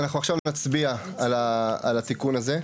אנחנו עכשיו נצביע על התיקון הזה,